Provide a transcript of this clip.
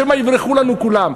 שמא יברחו לנו כולם.